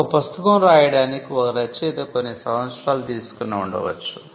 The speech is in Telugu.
ఒక పుస్తకం రాయడానికి ఒక రచయిత కొన్ని సంవత్సరాలు తీసుకుని ఉండవచ్చు